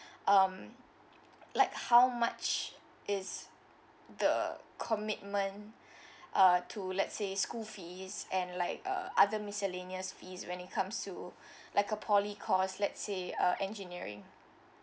um like how much is the commitment uh to let's say school fees and like uh other miscellaneous fees when it comes to like a poly course let's say uh engineering